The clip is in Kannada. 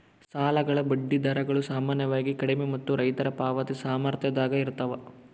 ಸಾಲಗಳ ಬಡ್ಡಿ ದರಗಳು ಸಾಮಾನ್ಯವಾಗಿ ಕಡಿಮೆ ಮತ್ತು ರೈತರ ಪಾವತಿ ಸಾಮರ್ಥ್ಯದಾಗ ಇರ್ತವ